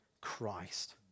Christ